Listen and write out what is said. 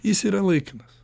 jis yra laikinas